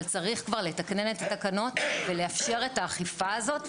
אבל צריך כבר לתקנן את התקנות ולאפשר את האכיפה הזאת,